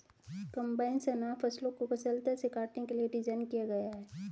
combines अनाज फसलों को कुशलता से काटने के लिए डिज़ाइन किया गया है